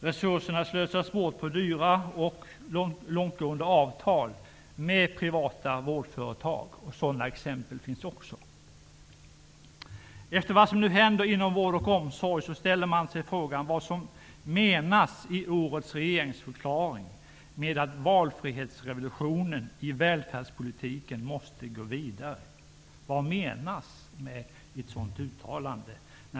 Resurserna slösas bort på dyra och långtgående avtal med privata vårdföretag. Sådana exempel finns också. Efter det som nu händer inom vård och omsorg ställer man sig frågan vad som menas i årets regeringsförklaring med att valfrihetsrevolutionen i välfärdspolitiken måste gå vidare. Vad menas med ett sådant uttalande?